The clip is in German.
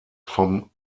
vom